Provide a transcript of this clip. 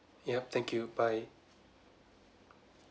yup thank you bye